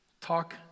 Talk